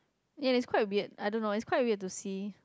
ya it's quite weird I don't know it's quite weird to see